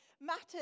matters